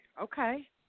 Okay